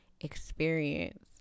experience